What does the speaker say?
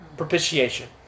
Propitiation